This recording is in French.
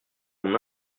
mon